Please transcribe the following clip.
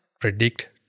predict